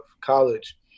college